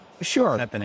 Sure